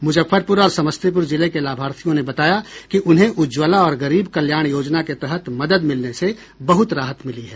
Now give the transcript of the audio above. मूजफ्फरपूर और समस्तीपूर जिले के लाभार्थियों ने बताया कि उन्हें उज्ज्वला और गरीब कल्याण योजना के तहत मदद मिलने से बहुत राहत मिली है